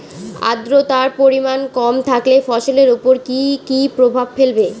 আদ্রর্তার পরিমান কম থাকলে ফসলের উপর কি কি প্রভাব ফেলবে?